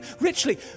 Richly